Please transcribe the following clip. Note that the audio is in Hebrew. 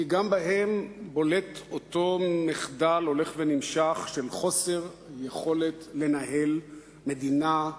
כי גם בהם בולט אותו מחדל הולך ונמשך של חוסר יכולת לנהל מדינה,